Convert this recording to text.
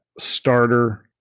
starter